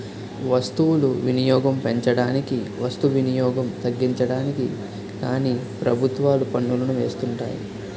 వస్తువులు వినియోగం పెంచడానికి వస్తు వినియోగం తగ్గించడానికి కానీ ప్రభుత్వాలు పన్నులను వేస్తుంటాయి